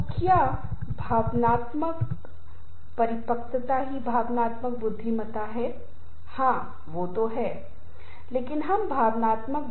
अब चाहे वह समूह हो या कुछ और हमारा संचार व्यवहार बहुत महत्वपूर्ण भूमिका निभाता है